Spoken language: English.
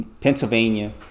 Pennsylvania